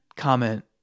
comment